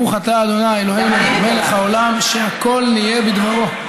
ברוך אתה ה' אלוהינו מלך העולם שהכול נהיה בדברו.